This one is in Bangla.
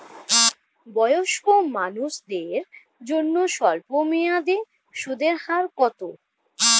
বয়স্ক মানুষদের জন্য স্বল্প মেয়াদে সুদের হার কত?